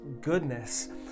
goodness